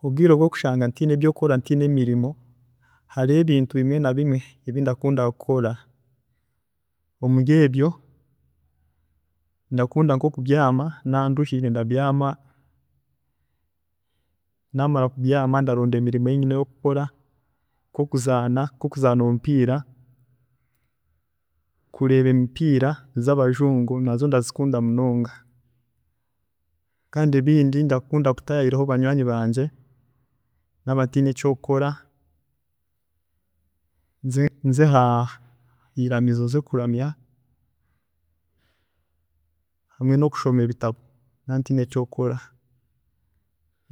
﻿Obwiire obwokushanga ntiine byokukora ntiine mirimo hariho ebintu bimwe nabimwe ebi ndakunda kukora, omuri ebyo ndakunda nkokubyaama, naaba nduhire ndabyaama namara kubyaama ndaroda emirimo eyi nyine yokukora nk'okuzaana, nk'okuzaana omupiira, kureeba emipiira zabajungu nazo ndazikunda munonga, kandi ebindi ndakunda kutayaayiraho banywaani bangye naaba ntiine kyokukora, nze- nze ha ahiiramizo nze kuramya hamwe nokushoma ebitabo naaba ntiine byokukora.